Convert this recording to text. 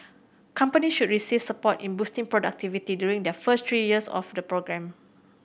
company should receive support in boosting productivity during their first three years of the programme